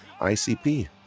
ICP